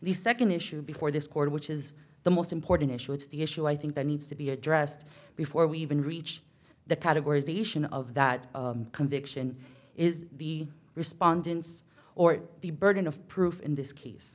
the second issue before this court which is the most important issue it's the issue i think there needs to be addressed before we even reach the categories asian of that conviction is the respondents or the burden of proof in this case